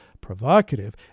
provocative